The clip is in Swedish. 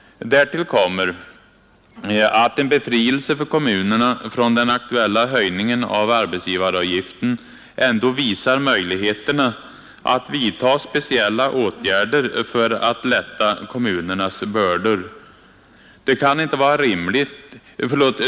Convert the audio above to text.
Därtill kommer att en befrielse för kommunerna från den aktuella höjningen av arbetsgivaravgiften ändå visar möjligheterna att vidta speciella åtgärder för att lätta kommunernas bördor.